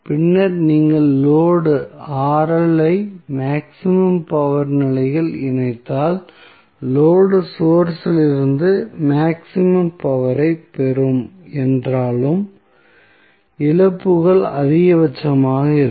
பின்னர் நீங்கள் லோடு ஐ மேக்ஸிமம் பவர் நிலையில் இணைத்தால் லோடு சோர்ஸ் இலிருந்து மேக்ஸிமம் பவர் ஐப் பெறும் என்றாலும் இழப்புகளும் அதிகபட்சமாக இருக்கும்